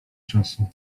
czasu